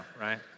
right